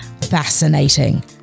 fascinating